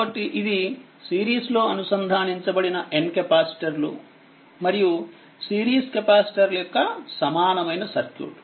కాబట్టిఇది సిరీస్ లో అనుసంధానించబడిన n కెపాసిటర్లు మరియు సిరీస్ కెపాసిటర్ల యొక్క సమానమైన సర్క్యూట్